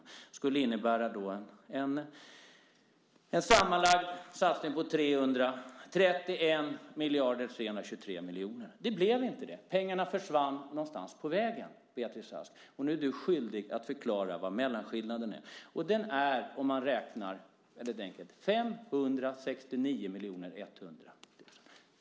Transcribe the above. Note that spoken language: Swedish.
Det skulle innebära en sammanlagd satsning på 331 323 000 000 kr. Det blev inte så. Pengarna försvann någonstans på vägen, Beatrice Ask. Nu är du skyldig att förklara vad mellanskillnaden är. Den är 569 100 000 kr.